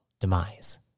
demise